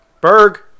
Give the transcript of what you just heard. Berg